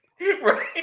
right